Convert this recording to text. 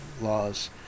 laws